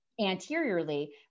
anteriorly